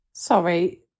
Sorry